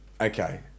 Okay